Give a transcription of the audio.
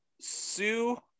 Sue